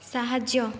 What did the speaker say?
ସାହାଯ୍ୟ